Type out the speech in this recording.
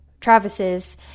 Travis's